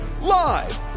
Live